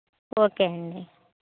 okay అండి